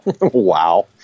Wow